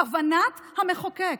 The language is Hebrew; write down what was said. כוונת המחוקק.